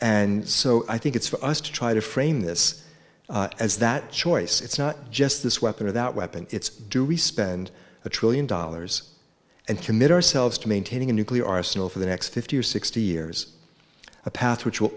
and so i think it's for us to try to frame this as that choice it's not just this weapon or that weapon it's due respect and a trillion dollars and commit ourselves to maintaining a nuclear arsenal for the next fifty or sixty years a path which will